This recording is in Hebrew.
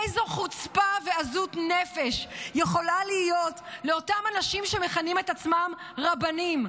איזו חוצפה ועזות נפש יכולה להיות לאותם אנשים שמכנים את עצמם רבנים?